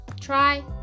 try